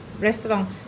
restaurant